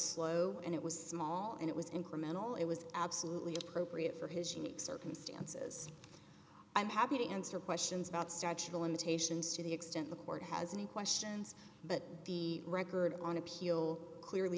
slow and it was small and it was incremental it was absolutely appropriate for his unique circumstances i'm happy to answer questions about structural limitations to the extent the court has any questions but the record on appeal clearly